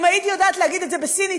אם הייתי יודעת להגיד את זה בסינית